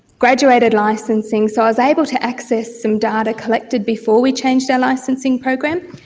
graduated licensing. so i was able to access some data collected before we changed our licensing program.